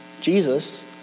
Jesus